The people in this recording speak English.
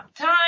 time